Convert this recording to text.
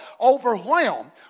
overwhelmed